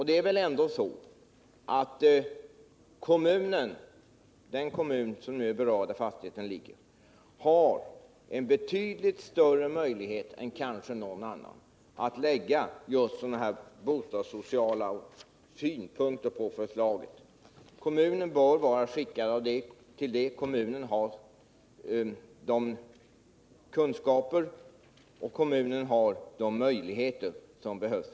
Det är väl ändå så att den kommun som är berörd — den där en fastighet ligger — har avsevärt större möjligheter än kanske någon annan att lägga bostadssociala synpunkter på ett förslag. Kommunen bör vara skickad till det, där finns de kunskaper och andra resurser som behövs.